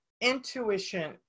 Intuition